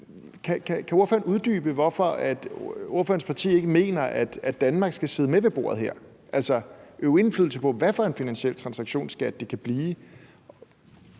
ordførerens parti ikke mener, at Danmark skal sidde med ved bordet her og øve indflydelse på, hvad for en finansiel transaktionsskat det kan blive?